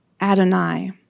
Adonai